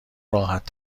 راحت